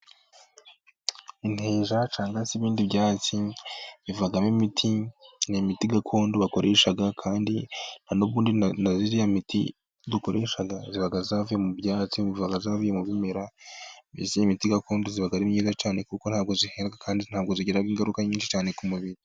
Inteja cyangwa ibindi byatsi, bivamo imiti. Imiti gakondo bakoreshaga. Kandi ubundi iriya miti dukoresha iba yavuye mu byatsi, iba yavuye mu bimera, iba ari myiza cyane kuko ntabwo ihenda, kandi ntabwo igira ingaruka nyinshi cyane ku mubiri